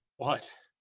what,